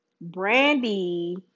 Brandy